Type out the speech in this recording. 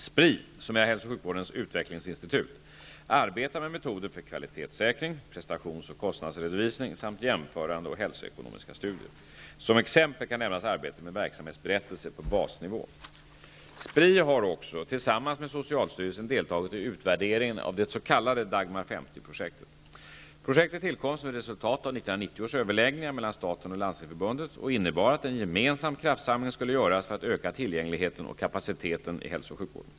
Spri, som är hälso och sjukvårdens utvecklingsinstitut, arbetar med metoder för kvalitetssäkring, prestations och kostnadsredovisning samt jämförande och hälsoekonomiska studier. Som exempel kan nämnas arbetet med verksamhetsberättelser på basnivå. Spri har också, tillsammans med socialstyrelsen, deltagit i utvärderingen av det s.k. Dagmar 50 Landstingsförbundet och innebar att en gemensam kraftsamling skulle göras för att öka tillgängligheten och kapaciteten i hälso och sjukvården.